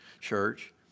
church